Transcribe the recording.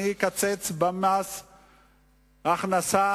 אני אקצץ במס הכנסה?